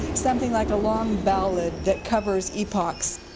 something like a long ballad that covers epochs.